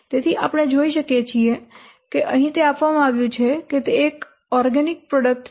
તેથી આપણે જોઈ શકીએ છીએ કે અહીં તે આપવામાં આવ્યું છે કે તે એક ઓર્ગેનિક પ્રોડક્ટ છે